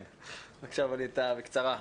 בבקשה, ווליד טאהא, בקצרה.